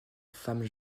femmes